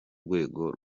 rwego